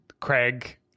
Craig